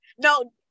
No